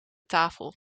tafel